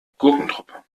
gurkentruppe